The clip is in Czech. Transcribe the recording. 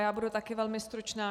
Já budu také velmi stručná.